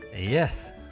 Yes